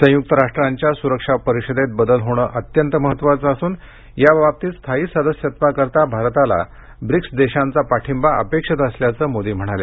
संयुक्त राष्ट्रांच्या सुरक्षा परिषदेत बदल होणे अत्यंत महत्त्वाचे असून याबाबतीत स्थायी सदस्यत्वाकरता भारताला ब्रिक्स देशांचा पाठिंबा अपेक्षित असल्याचं मोदी म्हणाले